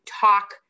talk